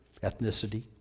ethnicity